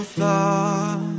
thought